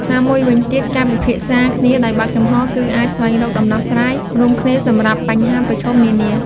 ណាមួយវិញទៀត ការពិភាក្សាគ្នាដោយបើកចំហរ គឺអាចស្វែងរកដំណោះស្រាយរួមគ្នាសម្រាប់បញ្ហាប្រឈមនានា។